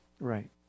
Right